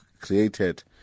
created